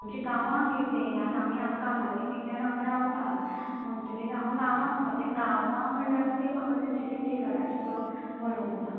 आमच्या गांवांत गें तें आतां आमी कामा निमित्तान हांगा रावता म्हणगीर हांव गावां वचपाचें गांवा म्हणल्यार तें थंयच्या त्या टेलराचो बरो विश्वास ना